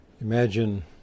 Imagine